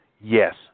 yes